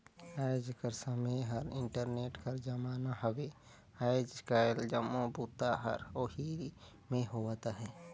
आएज कर समें हर इंटरनेट कर जमाना हवे आएज काएल जम्मो बूता हर ओही में होवत अहे